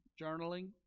journaling